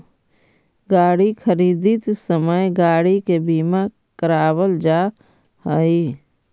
गाड़ी खरीदित समय गाड़ी के बीमा करावल जा हई